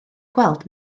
gweld